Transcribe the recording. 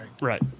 Right